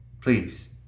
Please